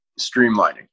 streamlining